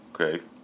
Okay